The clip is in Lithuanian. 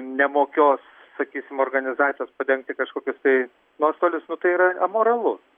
nemokios sakysim organizacijos padengti kažkokius tai nuostolius nu tai yra amoralu